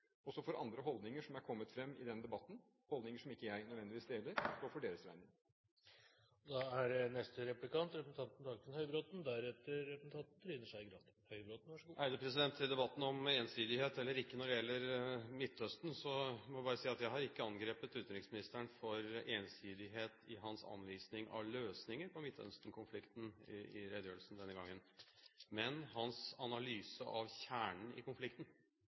andre holdninger som er kommet fram i den debatten – holdninger som ikke jeg nødvendigvis deler – stå for deres regning. Til debatten om ensidighet eller ikke: Når det gjelder Midtøsten, må jeg bare si at jeg har ikke angrepet utenriksministeren for ensidighet i hans anvisning av løsninger på Midtøsten-konflikten i redegjørelsen denne gangen, men hans analyse av kjernen i konflikten.